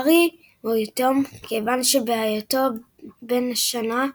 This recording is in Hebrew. הארי הוא יתום כיוון שבהיותו בן שנה,